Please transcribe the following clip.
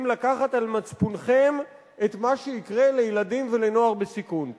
לקחת על מצפונכם את מה שיקרה לילדים ולנוער בסיכון.